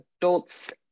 adults